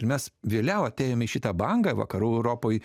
mes vėliau atėjom į šitą bangą vakarų europoj